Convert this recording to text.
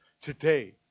today